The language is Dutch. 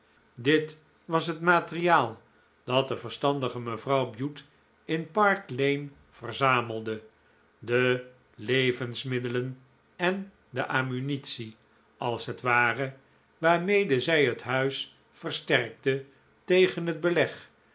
dit was het materiaal dat de verstandige mevrouw bute in park lane verzamelde de levensmiddelen en de ammunitie als het ware waarmede zij het huis versterkte tegen het beleg